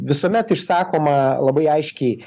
visuomet išsakoma labai aiškiai